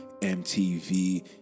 MTV